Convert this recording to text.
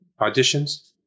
auditions